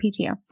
PTO